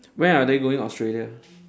when are they going australia